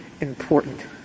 important